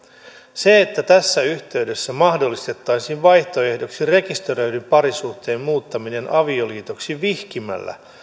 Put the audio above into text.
se että tässä yhteydessä mahdollistettaisiin vaihtoehdoksi rekisteröidyn parisuhteen muuttaminen avioliitoksi vihkimällä